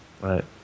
Right